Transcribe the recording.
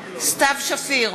סתיו שפיר,